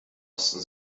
osten